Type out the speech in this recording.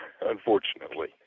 unfortunately